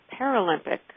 Paralympic